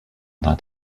that